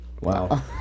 Wow